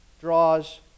draws